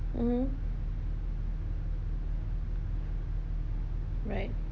mmhmm right